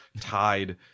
tied